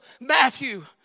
Matthew